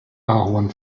ahorn